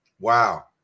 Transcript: Wow